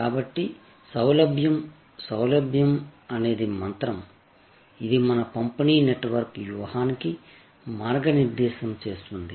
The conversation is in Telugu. కాబట్టి సౌలభ్యం సౌలభ్యం అనేది మంత్రం ఇది మన పంపిణీ నెట్వర్క్ వ్యూహానికి మార్గనిర్దేశం చేస్తుంది